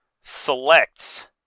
selects